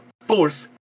force